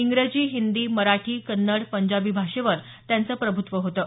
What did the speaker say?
इंग्रजी हिंदी मराठी कन्नड पंजाबी भाषेवर त्यांचं प्रभुत्व होतं